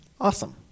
Awesome